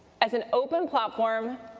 as an open platform,